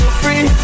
free